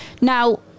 now